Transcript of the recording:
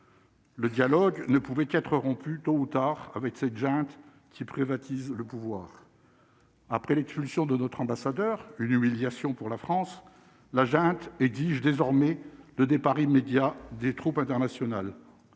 Le dialogue ne pouvait qu'être rompue tôt ou tard avec cette junte qui privatise le pouvoir après l'expulsion de notre ambassadeur, une humiliation pour la France, la junte exige désormais le départ immédiat des troupes internationales